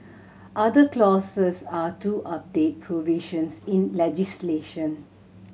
other clauses are to update provisions in legislation